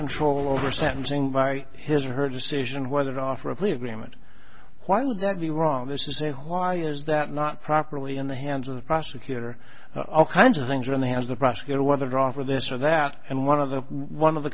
control over sentencing by his or her decision whether to offer a plea agreement why would that be wrong this is a why is that not properly in the hands of the prosecutor all kinds of things are in the hands of the prosecutor whether offer this or that and one of the one of the